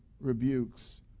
rebukes